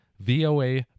VOA